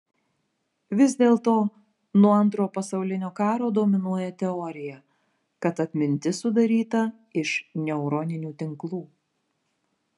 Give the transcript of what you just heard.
vis dėlto nuo antro pasaulinio karo dominuoja teorija kad atmintis sudaryta iš neuroninių tinklų